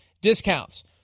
discounts